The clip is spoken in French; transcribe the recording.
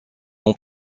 ans